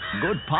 good